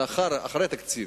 לאחר התקציב,